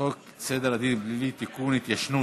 חוק סדר הדין הפלילי (תיקון, התיישנות).